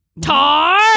tar